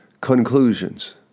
Conclusions